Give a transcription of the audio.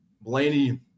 Blaney